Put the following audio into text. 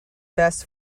best